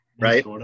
right